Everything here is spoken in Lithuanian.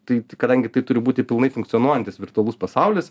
tai kadangi tai turi būti pilnai funkcionuojantis virtualus pasaulis